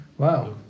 Wow